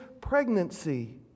pregnancy